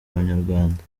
abanyarwanda